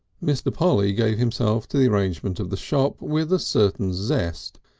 mr. polly gave himself to the arrangement of the shop with a certain zest,